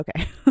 okay